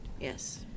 yes